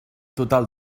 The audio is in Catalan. total